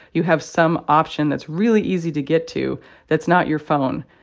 you have some option that's really easy to get to that's not your phone.